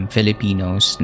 Filipinos